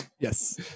yes